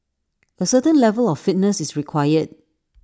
A certain level of fitness is required